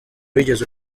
wigeze